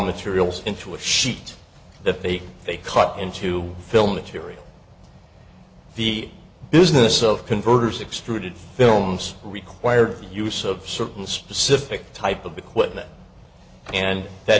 materials into a sheet that they cut into film material the business of converters extruded films required the use of certain specific type of equipment and that